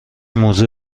موزه